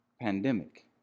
pandemic